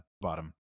bottom